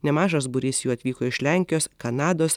nemažas būrys jų atvyko iš lenkijos kanados